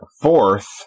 fourth